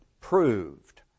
proved